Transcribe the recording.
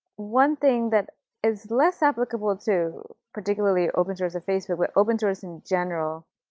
one thing that is less applicable to, particularly, open-source a facebook but open-source in general,